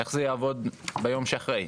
איך זה יעבוד ביום שאחרי?